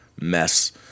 mess